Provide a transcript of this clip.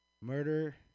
Murder